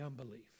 unbelief